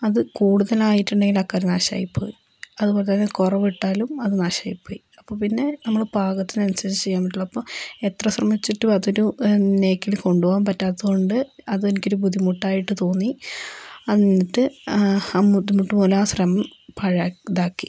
അത് കൂടുതലായിട്ടുണ്ടെങ്കിൽ ആ കറി നാശമായിപ്പോവും അതുപോലെതന്നെ കുറവ് ഇട്ടാലും അത് നാശമായിപ്പോയ് അപ്പോൾ പിന്നെ നമ്മൾ പാകത്തിനനുസരിച്ച് ചെയ്യാൻപ്പറ്റുള്ളൂ അപ്പം എത്ര ശ്രമിച്ചിട്ടും അതൊരു നേക്കിൽ കൊണ്ടുപോവാൻ പറ്റാത്തതുകൊണ്ട് അത് എനിക്കൊരു ബുദ്ധിമുട്ടായിട്ട് തോന്നി എന്നിട്ട് ആ ബുദ്ധിമുട്ട്പോലെ ആ ശ്രമം ഇതാക്കി